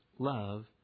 Love